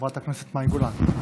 חברת הכנסת מאי גולן.